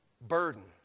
burden